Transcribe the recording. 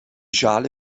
schale